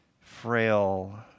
frail